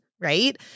right